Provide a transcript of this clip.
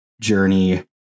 journey